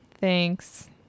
thanks